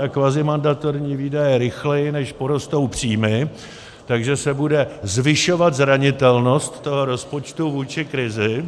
a kvazimandatorní výdaje rychleji, než porostou příjmy, takže se bude zvyšovat zranitelnost toho rozpočtu vůči krizi.